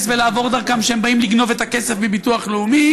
ולעבור דרכם כשהם באים לגנוב את הכסף מביטוח לאומי,